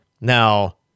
Now